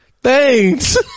thanks